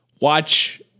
watch